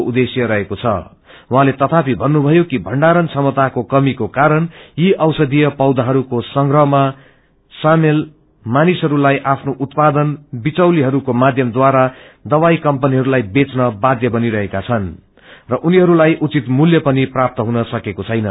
उाहाँले तथापि भन्नुभयो कि थण्डारण क्षमताको कमीको कारण यी औषधिय पौषाहरूको संगंहमा उत्पादन समेल मानिसहरूले आफ्नो विचौलीहरूको माध्यमद्वारा दवाई कमपनीहरू लाई बेच्न वाध्य बनिरहेका छन् र उनीहरूलाई उचित मूल्य पनि प्राप्त हुन सकेको छैन